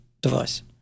device